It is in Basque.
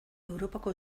europako